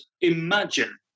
imagine